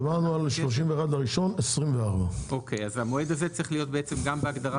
דיברנו על 31.1.24. המועד הזה צריך להיות גם בהגדרת